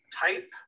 Type